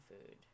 food